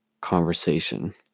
conversation